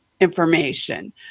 information